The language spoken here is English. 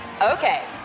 Okay